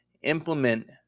implement